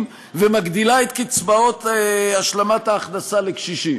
ומגדילה את קצבאות השלמת ההכנסה לקשישים,